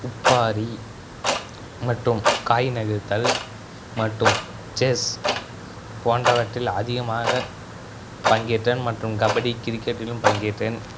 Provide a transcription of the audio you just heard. உப்பாரி மட்டும் காய் நகுத்தல் மட்டும் செஸ் போன்றவற்றில் அதிகமாக பங்கேற்றேன் மற்றும் கபடி கிரிக்கெட்டிலும் பங்கேற்றேன்